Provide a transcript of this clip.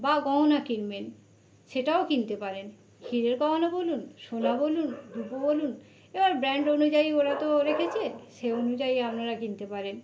বা গয়না কিনবেন সেটাও কিনতে পারেন হীরের গয়না বলুন সোনা বলুন রুপো বলুন এবার ব্র্যান্ড অনুযায়ী ওরা তো রেখেছে সেই অনুযায়ী আপনারা কিনতে পারেন